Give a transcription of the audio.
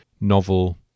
novel